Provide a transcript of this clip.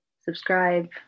subscribe